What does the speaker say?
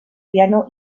piano